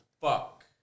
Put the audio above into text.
fuck